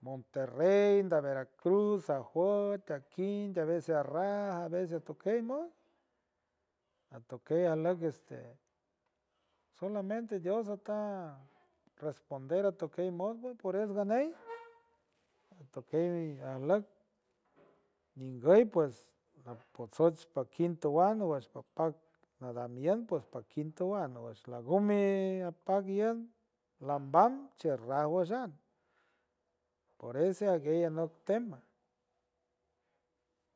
monterrey, da veracruz, sajuet tajkim de a veces de arram de a veces atokey mod atokey ajleck este solamente dios ajta responder atokey mod pue por es ganey atokey ajleck ñinguey pues apotsoj pa quinto wan wesh papac nadam iend puej pa quinto wan nagush la gumi apac iend lamban chirraw wesh an por ese ajguey anok tema.